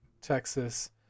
Texas